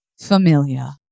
familia